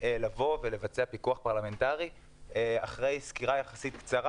לבצע פיקוח פרלמנטרי אחרי סקירה קצרה יחסית,